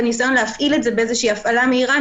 בניסיון להפעיל את זה בהפעלה מהירה,